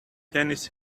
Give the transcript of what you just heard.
tennis